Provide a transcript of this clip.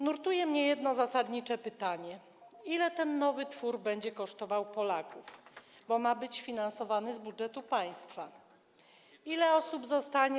Nurtuje mnie jedno zasadnicze pytanie, ile ten nowy twór będzie kosztował Polaków, bo ma być finansowany z budżetu państwa, ile osób zostanie.